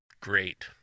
great